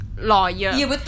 Lawyer